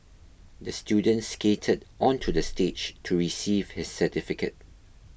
the student skated onto the stage to receive his certificate